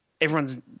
everyone's